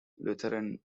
lutheran